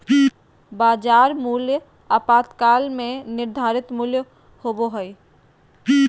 बाजार मूल्य अल्पकाल में निर्धारित मूल्य होबो हइ